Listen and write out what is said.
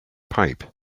pipe